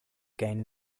gain